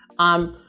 um,